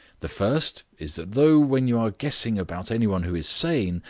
the first is that though when you are guessing about any one who is sane,